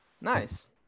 Nice